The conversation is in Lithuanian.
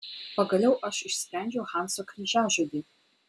pagaliau aš išsprendžiau hanso kryžiažodį